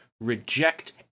reject